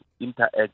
interact